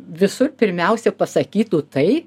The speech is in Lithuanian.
visr pirmiausia pasakytų tai